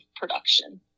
production